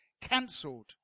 cancelled